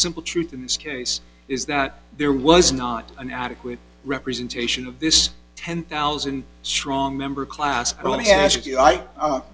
simple truth in this case is that there was not an adequate representation of this ten thousand strong member class i want to ask you